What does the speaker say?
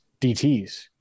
DTs